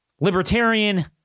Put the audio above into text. libertarian